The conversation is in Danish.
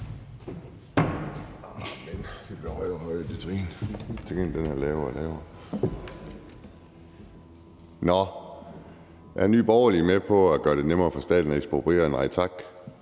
Nye Borgerlige med på at gøre det nemmere for staten at ekspropriere? Nej tak.